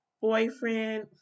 boyfriend